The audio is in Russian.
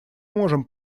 можем